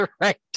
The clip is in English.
right